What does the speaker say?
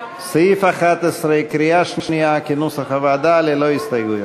סעיף 11, כהצעת הוועדה, נתקבל.